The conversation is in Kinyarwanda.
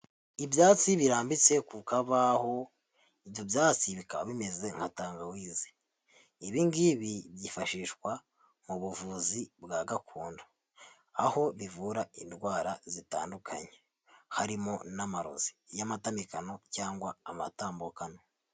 Ibyatsi birambitse ku kabaho, ibyo byatsi bikaba bimeze nka tangawizi, ibi ngibi byifashishwa mu buvuzi bwa gakondo, aho bivura indwara zitandukanye, harimo n'amarozi y'amatamikano cyangwa amatambukano.